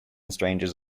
strangers